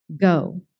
go